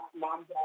mom